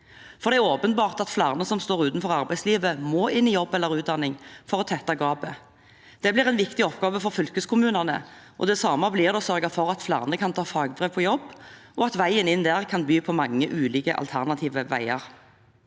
Det er åpenbart at flere som står utenfor arbeidslivet, må inn i jobb eller utdanning for å tette gapet. Det blir en viktig oppgave for fylkeskommunene. Det samme blir det å sørge for at flere kan ta fagbrev på jobb, og at veien inn der kan by på mange ulike alternative veier.